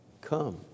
Come